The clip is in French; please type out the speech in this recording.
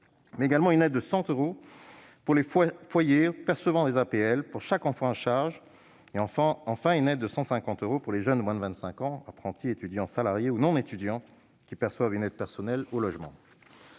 mais également une aide de 100 euros par enfant à charge pour les foyers percevant des APL, ainsi que, enfin, une aide de 150 euros pour les jeunes de moins de 25 ans, apprentis, étudiants salariés ou non-étudiants, qui perçoivent une aide personnelle au logement.